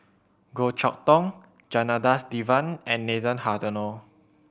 Goh Chok Tong Janadas Devan and Nathan Hartono